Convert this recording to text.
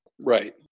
right